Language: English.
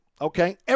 okay